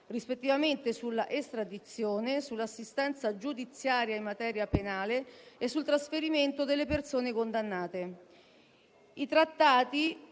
rispettivamente sulla estradizione, sull'assistenza giudiziaria in materia penale e sul trasferimento delle persone condannate. I trattati